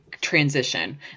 transition